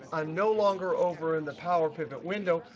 i'm no longer over in the power pivot window,